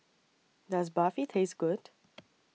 Does Barfi Taste Good